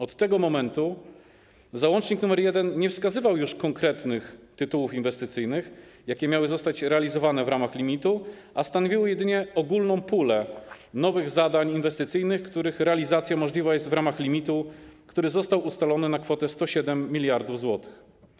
Od tego momentu załącznik nr 1 nie wskazywał już konkretnych tytułów inwestycyjnych, jakie miały zostać realizowane w ramach limitu, a stanowiły jedynie ogólną pulę nowych zadań inwestycyjnych, których realizacja możliwa jest w ramach limitu, który został ustalony na kwotę 107 mld zł.